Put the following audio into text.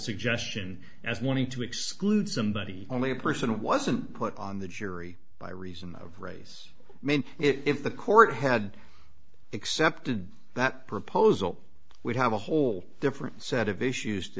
suggestion as wanting to exclude somebody only a person wasn't put on the jury by reason of race i mean if the court had accepted that proposal would have a whole different set of issues to